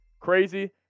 Crazy